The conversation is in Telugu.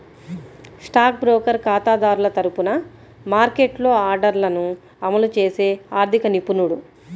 స్టాక్ బ్రోకర్ ఖాతాదారుల తరపున మార్కెట్లో ఆర్డర్లను అమలు చేసే ఆర్థిక నిపుణుడు